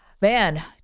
man